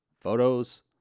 photos